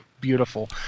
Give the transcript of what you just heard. beautiful